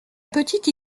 petite